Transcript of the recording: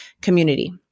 community